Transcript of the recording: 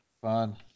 Fun